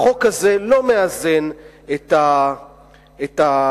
החוק הזה לא מאזן את הצורך